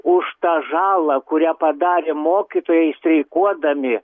už tą žalą kurią padarė mokytojai streikuodami